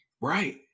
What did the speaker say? Right